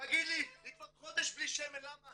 תגיד ליֱ ! היא כבר חודש בלי שמן, למה?